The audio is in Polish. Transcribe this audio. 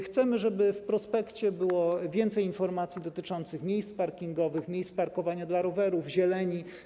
Chcemy, żeby w prospekcie było więcej informacji dotyczących miejsc parkingowych, miejsc do parkowania rowerów, zieleni.